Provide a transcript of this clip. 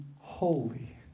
holy